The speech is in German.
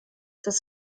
das